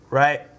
right